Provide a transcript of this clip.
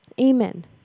Amen